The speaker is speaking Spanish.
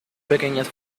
pequeñas